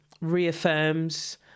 reaffirms